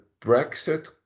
Brexit